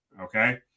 Okay